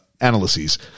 analyses